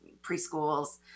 preschools